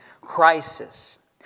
crisis